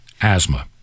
asthma